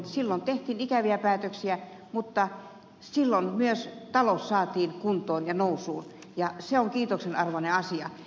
silloin tehtiin ikäviä päätöksiä mutta silloin myös talous saatiin kuntoon ja nousuun ja se on kiitoksen arvoinen asia